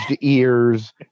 ears